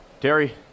Terry